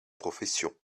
professions